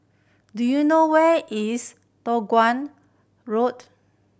do you know where is Road